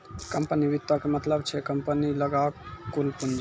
company वित्तो के मतलब छै कम्पनी लगां कुल पूंजी